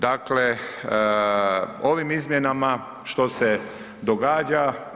Dakle, ovim izmjenama što se događa?